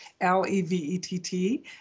L-E-V-E-T-T